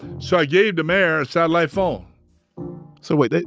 so i gave the mayor a satellite phone so wait,